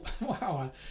Wow